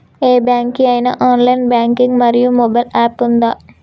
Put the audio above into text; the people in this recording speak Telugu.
ఏ బ్యాంక్ కి ఐనా ఆన్ లైన్ బ్యాంకింగ్ మరియు మొబైల్ యాప్ ఉందా?